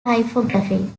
typography